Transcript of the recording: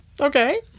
okay